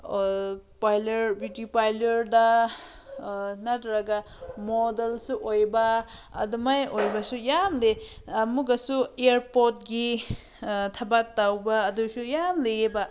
parlour beauty ꯄꯥꯂꯔꯗ ꯅꯠꯇ꯭ꯔꯒ ꯃꯣꯗꯦꯜꯁꯨ ꯑꯣꯏꯕ ꯑꯗꯨꯃꯥꯏꯅ ꯑꯣꯏꯕꯁꯨ ꯌꯥꯝ ꯂꯩ ꯑꯃꯨꯛꯀꯁꯨ ꯑꯦꯌꯥꯔꯄꯣꯔꯠꯀꯤ ꯊꯕꯛ ꯇꯧꯕ ꯑꯗꯨꯁꯨ ꯌꯥꯝ ꯂꯩꯌꯦꯕ